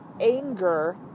anger